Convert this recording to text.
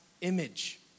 image